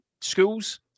schools